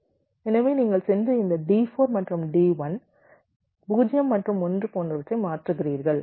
எனவே நீங்கள் சென்று இந்த d4 மற்றும் D1 0 மற்றும் 1 போன்றவற்றை மாற்றுகிறீர்கள்